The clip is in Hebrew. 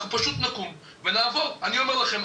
אנחנו פשוט נקום ונעבור ואני אומר לכם,